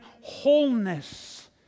wholeness